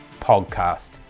Podcast